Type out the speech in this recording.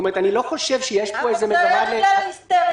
אני לא חושב שיש פה איזו מגמה --- אבל זה היה בגלל היסטריה.